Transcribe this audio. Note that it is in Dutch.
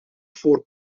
voor